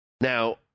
Now